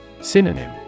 Synonym